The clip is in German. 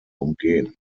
umgehen